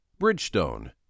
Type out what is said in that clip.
Bridgestone